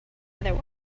other